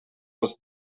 was